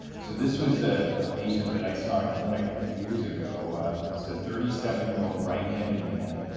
so this was ah a patient that i saw in clinic a few years ago. he's a thirty seven year old right-handed man.